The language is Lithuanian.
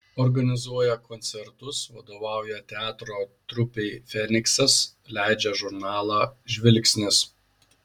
organizuoja koncertus vadovauja teatro trupei feniksas leidžia žurnalą žvilgsnis